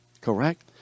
Correct